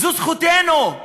זו זכותנו.